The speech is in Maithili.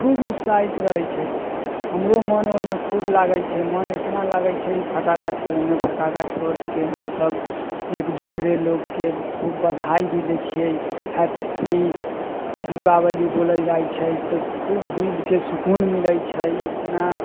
खूब उत्साहित रहै छै हमरो मन ओइमे खूब लागै छै मन एतना लागै छै की फटाका छोड़ैमे फटाका छोड़के हमसब एक दूसरे लोगके खूब बधाइ भी दै छियै हैप्पी दीपावली बोलल जाइ छै तऽ खूब दिलके शुकून मिलै छै इतना